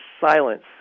silence